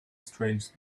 strange